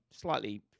slightly